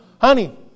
Honey